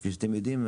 כפי שאתם יודעים,